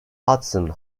hudson